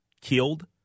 killed